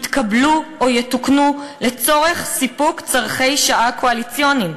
יתקבלו או יתוקנו לצורך סיפוק צורכי שעה קואליציוניים.